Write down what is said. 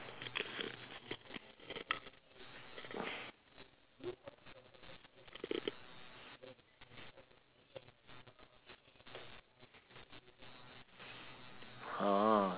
ah